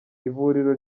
ivuriro